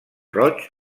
roig